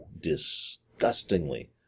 disgustingly